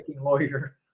Lawyer